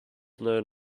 known